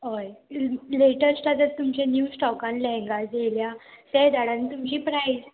हय लेटस्ट आतां तुमचे न्यू स्टॉकान लँहगास बन येयल्या ते धाड आनी तुमची प्रायस